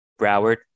Broward